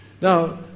now